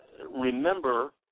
remember